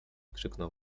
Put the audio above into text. krzyknął